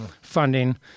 Funding